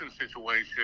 situation